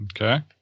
Okay